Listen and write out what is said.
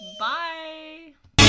Bye